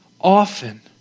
often